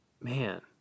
man